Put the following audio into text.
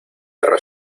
perro